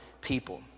people